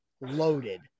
loaded